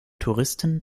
touristen